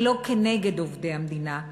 ולא נגד עובדי המדינה.